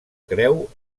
creu